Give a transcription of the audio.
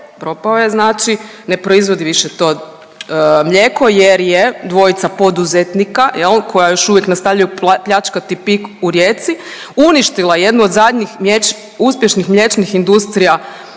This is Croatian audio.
propao je, znači ne proizvodi više to mlijeko jer je dvojica poduzetnika jel' koja još uvijek nastavljaju pljačkati PIK u Rijeci uništila jednu od zadnjih uspješnih mliječnih industrija